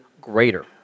greater